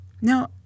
Now